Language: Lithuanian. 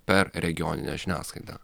per regioninę žiniasklaidą